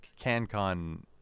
CanCon